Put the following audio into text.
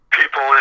people